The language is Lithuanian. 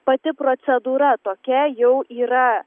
pati procedūra tokia jau yra